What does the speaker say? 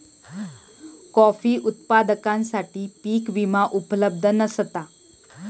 coffee उत्पादकांसाठी पीक विमा उपलब्ध नसता